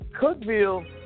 Cookville